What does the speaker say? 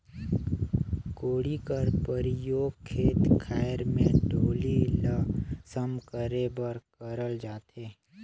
कोड़ी कर परियोग खेत खाएर मे डोली ल सम करे बर करल जाथे